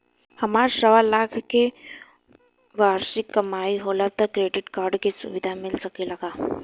हमार सवालाख के वार्षिक कमाई होला त क्रेडिट कार्ड के सुविधा मिल सकेला का?